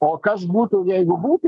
o kas būtų jeigu būtų